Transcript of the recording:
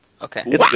Okay